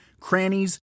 crannies